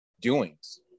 doings